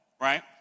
right